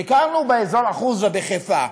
ביקרנו באזור אחוזה בחיפה,